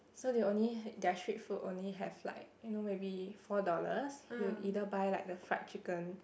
so they only their street food only have like you know maybe four dollars you either buy like the fried chicken